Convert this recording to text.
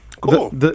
cool